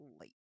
late